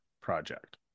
project